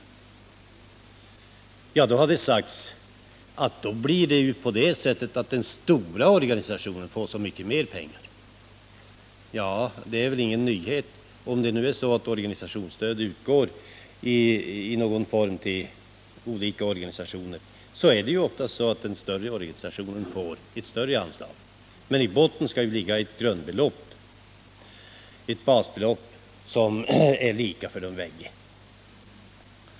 Det har sagts att den stora organisationen då får så mycket mer pengar. Ja, det är väl ingen nyhet. När det är så att stöd utgår i någon form till flera olika organisationer får ofta den större organisationen ett större anslag. Men i botten skall ju ligga ett grundbelopp, som i det här fallet skall vara lika för båda organisationerna.